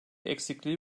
eksikliği